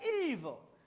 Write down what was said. evil